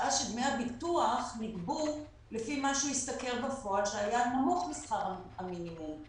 שעה שדמי הביטוח נגבו לפי מה שהוא השתכר בפועל שהיה נמוך משכר המינימום.